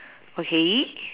okay